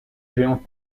géant